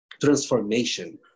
transformation